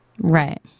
right